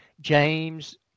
James